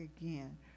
again